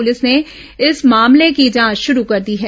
police ने इस मामले की जांच शुरू कर दी है